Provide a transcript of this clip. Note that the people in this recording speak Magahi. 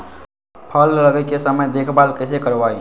फल लगे के समय देखभाल कैसे करवाई?